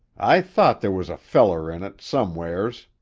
i thought there was a feller in it, somewheres!